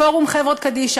פורום חברות קדישא,